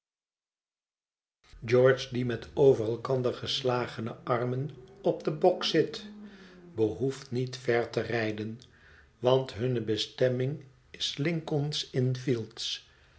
george die met over elkander geslagene armen op den bok zit behoeft niet ver te rijden want hunne bestemming islincoln's inn field